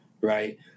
Right